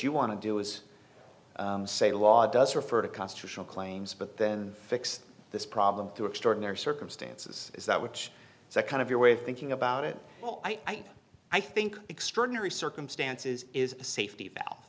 you want to do is say the law does refer to constitutional claims but then fix this problem through extraordinary circumstances is that which is a kind of your way of thinking about it well i i think extraordinary circumstances is a safety